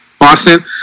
Boston